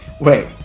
Wait